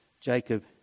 jacob